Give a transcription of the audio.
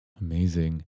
Amazing